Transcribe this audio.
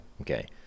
Okay